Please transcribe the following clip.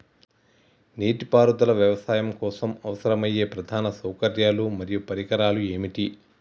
నీటిపారుదల వ్యవసాయం కోసం అవసరమయ్యే ప్రధాన సౌకర్యాలు మరియు పరికరాలు ఏమిటి?